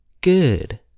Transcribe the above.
good